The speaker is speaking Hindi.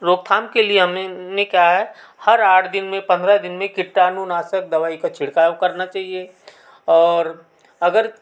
रोकथाम के लिए हमने कहा है हर आठ दिन में पद्रह दिन में कीटाणु नाशक दवाई का छिड़काव करना चहिए और अगर